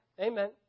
Amen